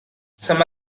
some